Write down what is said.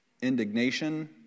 indignation